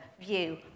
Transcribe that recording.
view